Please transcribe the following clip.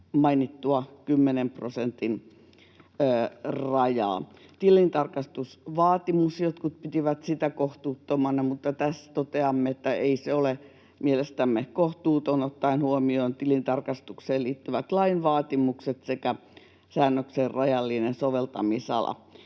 Tilintarkastusvaatimus — jotkut pitivät sitä kohtuuttomana, mutta tässä toteamme, että ei se ole mielestämme kohtuuton, ottaen huomioon tilintarkastukseen liittyvät lain vaatimukset sekä säännöksen rajallisen soveltamisalan.